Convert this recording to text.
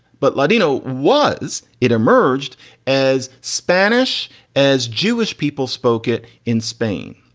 but ladino was it emerged as spanish as jewish people spoke it in spain.